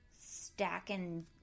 stacking